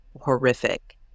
Horrific